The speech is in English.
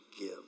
give